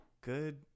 good